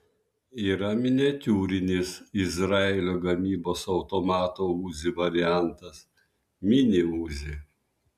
yra miniatiūrinis izraelio gamybos automato uzi variantas mini uzi